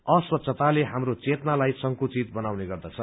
अस्वच्छताले हाम्रो चेतनालाई संकूचित बनाउने गर्दछ